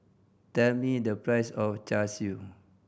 tell me the price of Char Siu